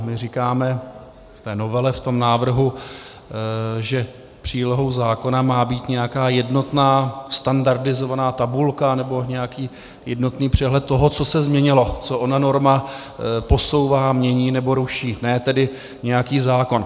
My říkáme v té novele, v tom návrhu, že přílohou zákona má být nějaká jednotná standardizovaná tabulka, nebo možná nějaký jednotný přehled toho, co se změnilo, co ona norma posouvá, mění nebo ruší, ne tedy nějaký zákon.